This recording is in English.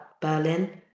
Berlin